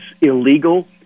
illegal